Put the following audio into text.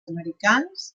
americans